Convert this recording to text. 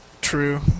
True